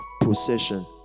procession